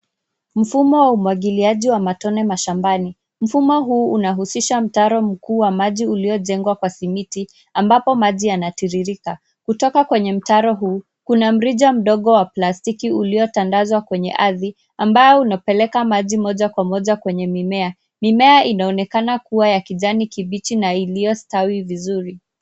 Mfumo wa umwagiliaji wa matone mashambani. Mfumo huu unahusisha mtaro mkuu wa maji uliojengwa kwa simiti ambapo maji yanatiririka. Kutoka kwa mtaro huu kuna mrija mdogo wa plastiki uliotandazwa kwenye ardhi ambao unapeleka maji moja kwa moja kwenye mimea. Mimea inaonekana kuwa ya kijani kibichi na iliyostawi vizuri.